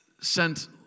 sent